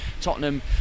Tottenham